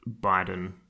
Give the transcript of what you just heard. Biden